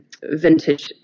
vintage